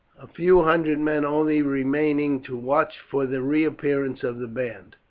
a few hundred men only remaining to watch for the reappearance of the band.